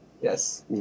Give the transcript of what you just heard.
Yes